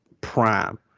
prime